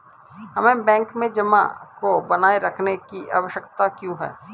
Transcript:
हमें बैंक में जमा को बनाए रखने की आवश्यकता क्यों है?